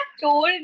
told